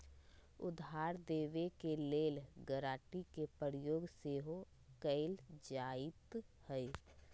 उधार देबऐ के लेल गराँटी के प्रयोग सेहो कएल जाइत हइ